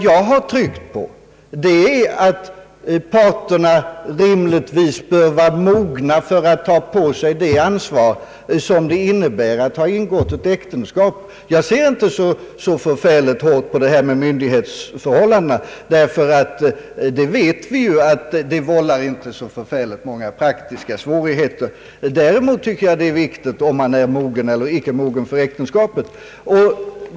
Vad jag velat betona är att parterna rimligtvis bör vara mogna för att påtaga sig det ansvar som äktenskapets ingående innebär. Jag anser inte att myndighetsförhållandena är så viktiga, eftersom vi vet att de inte vållar så stora praktiska svårigheter. Däremot anser jag att mognadsfrågan är viktig.